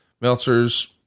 Meltzer's